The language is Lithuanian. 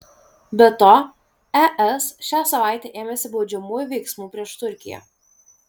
be to es šią savaitę ėmėsi baudžiamųjų veiksmų prieš turkiją